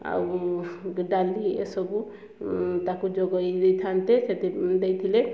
ଆଉ ଡାଲି ଏ ସବୁ ତାକୁ ଯୋଗାଇ ଦେଇଥାନ୍ତି ସେଥିପାଇଁ ଦେଇଥିଲେ